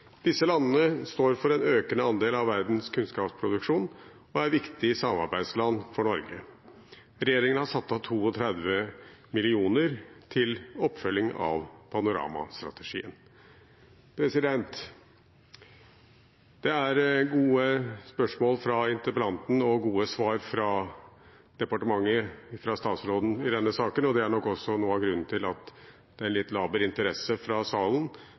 Disse landene står for en økende andel av verdens kunnskapsproduksjon og er viktige samarbeidsland for Norge. Regjeringen har satt av 32 mill. kr til oppfølging av Panorama-strategien. Det er gode spørsmål fra interpellanten og gode svar fra departementet og utenriksministeren i denne saken. Det er nok også noe av grunnen til en litt laber interesse fra salen.